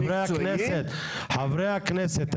חברי הכנסת,